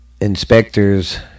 inspectors